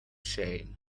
shame